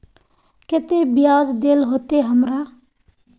केते बियाज देल होते हमरा?